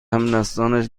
همنسلانش